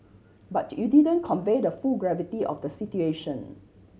but you didn't convey the full gravity of the situation